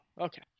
okay